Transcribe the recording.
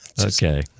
Okay